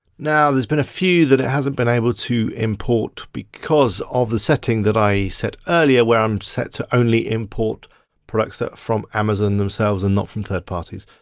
now there's been a few that it hasn't been able to import because of the setting that i set earlier. where i'm set to only import products ah from amazon themselves and not from third parties.